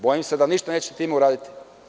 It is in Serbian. Bojim se da ništa nećete time uraditi.